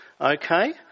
Okay